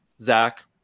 Zach